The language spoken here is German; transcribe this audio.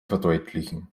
verdeutlichen